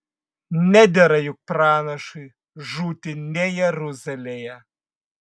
nedera juk pranašui žūti ne jeruzalėje